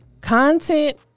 Content